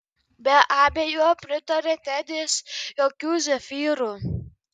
be abejo pritarė tedis jokių zefyrų